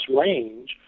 range